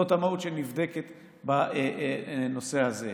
זאת המהות שנבדקת בנושא הזה.